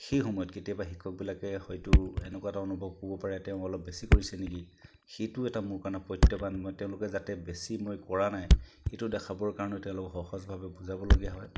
সেই সময়ত কেতিয়াবা শিক্ষকবিলাকে হয়তো এনেকুৱা অনুভৱ হ'ব পাৰে তেওঁ অলপ বেছি কৰিছে নেকি সেইটো এটা মোৰ কাৰণে প্ৰত্যাহ্বান মই তেওঁলোকে যাতে বেছি মই কৰা নাই এইটো দেখাবৰ কাৰণেও তেওঁলোকক সহজভাৱে বুজাবলগীয়া হয়